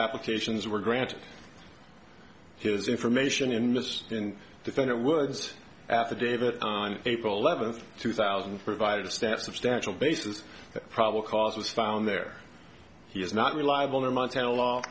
applications were granted his information in mr defender woods affidavit april eleventh two thousand provided staff substantial basis probable cause was found there he is not reliable in montana law